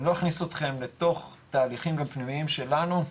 אני לא אכניס אתכם לתוך התהליכים הפנימיים שלנו,